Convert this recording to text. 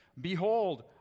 Behold